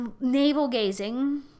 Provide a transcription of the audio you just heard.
navel-gazing